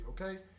okay